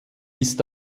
ist